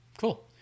Cool